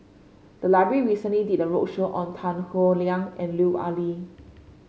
the library recently did a roadshow on Tan Howe Liang and Lut Ali